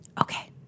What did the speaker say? Okay